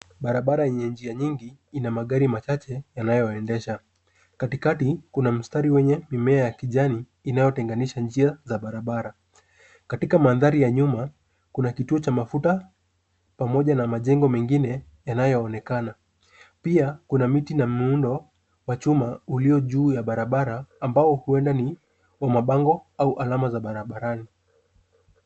Barabara yenye njia nyingi ina magari machache yanayoendesha. Katikati kuna mstari wenye mimea ya kijani inayotenganisha njia za barabara. Katika mandhari ya nyuma kuna kituo cha mafuta pamoja na majengo mengine yanayoonekana pia kuna miti na muundo wa chuma ulio juu ya barabara ambao huenda ni wa mabango au alama za barabarani.